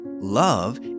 Love